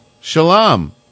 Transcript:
shalom